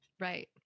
Right